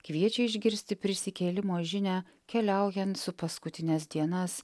kviečia išgirsti prisikėlimo žinią keliaujant su paskutines dienas